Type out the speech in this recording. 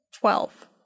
twelve